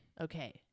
Okay